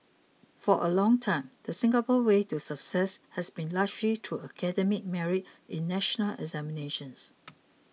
for a long time the Singapore way to success has been largely through academic merit in national examinations